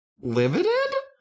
Limited